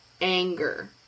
anger